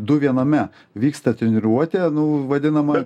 du viename vyksta treniruotė nu vadinama